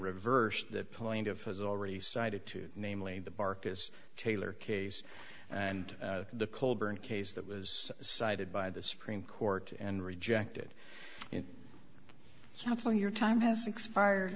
reversed that point of has already cited two namely the barkus taylor case and the colburn case that was cited by the supreme court and rejected it sounds like your time has expired